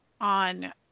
On